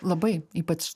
labai ypač